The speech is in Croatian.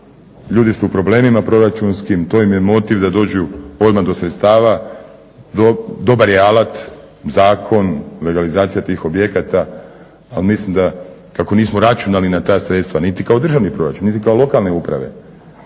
Ljudi su u problemima proračunskim. To im je motiv da dođu odmah do sredstava, dobar je alat, zakon, legalizacija tih objekata ali mislim da kako nismo računali na ta sredstva niti kao državni proračun, niti kao lokalne uprave